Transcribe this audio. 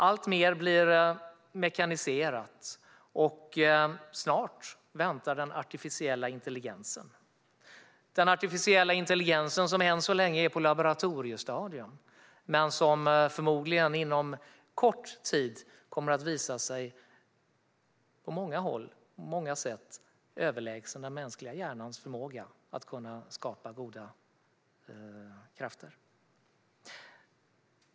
Alltmer blir mekaniserat, och snart väntar den artificiella intelligensen, som än så länge är på laboratoriestadium men inom kort tid på många håll och på många sätt förmodligen kommer att visa sig överlägsen den mänskliga hjärnans förmåga att skapa goda krafter.